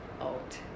out